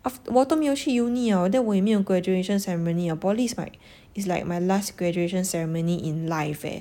我都没有去 uni liao then 我都没有 graduation ceremony liao poly is like is like my last graduation ceremony in life leh